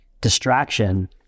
distraction